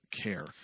care